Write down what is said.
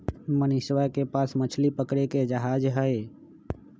मनीषवा के पास मछली पकड़े के जहाज हई